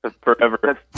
forever